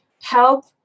help